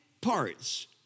parts